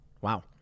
Wow